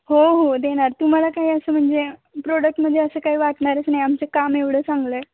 हो हो देणार तुम्हाला काही असं म्हणजे प्रोडक्टमध्ये असं काही वाटणारच नाही आमचं काम एवढं चांगलं आहे